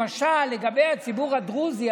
למשל לגבי הציבור הדרוזי,